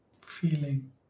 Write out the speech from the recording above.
feeling